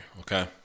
Okay